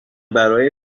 برای